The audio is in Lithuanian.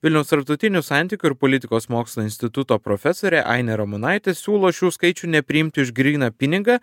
vilniaus tarptautinių santykių ir politikos mokslų instituto profesorė ainė ramonaitė siūlo šių skaičių nepriimti už gryną pinigą